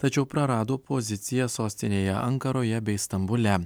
tačiau prarado pozicijas sostinėje ankaroje bei stambule